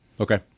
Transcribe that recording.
Okay